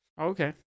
Okay